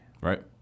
Right